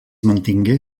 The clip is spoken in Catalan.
mantingué